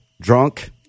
drunk